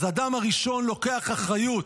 אז אדם הראשון לוקח אחריות,